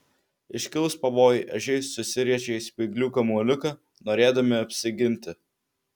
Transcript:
iškilus pavojui ežiai susiriečia į spyglių kamuoliuką norėdami apsiginti